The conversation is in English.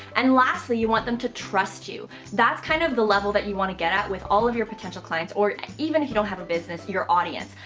and lastly, you want them to trust you. that's kind of the level that you want to get at with all of your potential clients, or even if you don't have a business, your audience.